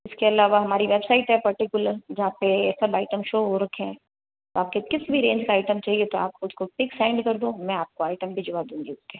इसके अलावा हमारी वेबसाइट है पर्टिकुलर जहाँ पे सब आइटम शो हो रखे हैं आपको किस भी रेंज का आइटम चाहिए तो आप मुझको पिक सेंड कर दो मैं आपको आइटम भिजवा दूंगी